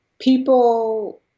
People